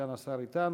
סגן השר אתנו,